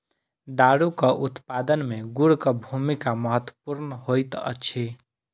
दारूक उत्पादन मे गुड़क भूमिका महत्वपूर्ण होइत अछि